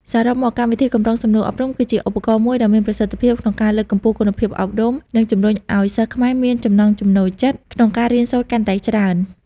សរុបមក កម្មវិធីកម្រងសំណួរអប់រំគឺជាឧបករណ៍មួយដ៏មានប្រសិទ្ធភាពក្នុងការលើកកម្ពស់គុណភាពអប់រំ និងជំរុញឲ្យសិស្សខ្មែរមានចំណង់ចំណូលចិត្តក្នុងការរៀនសូត្រកាន់តែច្រើន។